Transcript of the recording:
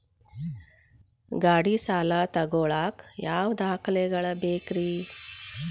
ಗಾಡಿ ಸಾಲ ತಗೋಳಾಕ ಯಾವ ದಾಖಲೆಗಳ ಬೇಕ್ರಿ?